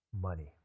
money